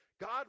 God